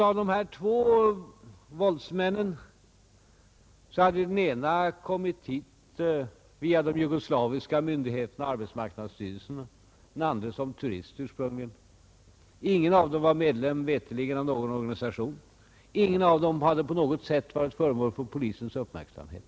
Av de två våldsmännen hade således den ene kommit hit via de jugoslaviska myndigheterna och arbetsmarknadsstyrelsen och den andre ursprungligen som turist. Ingen av dem var veterligen medlem av någon organisation. Ingen av dem hade på något sätt varit föremål för polisens uppmärksamhet.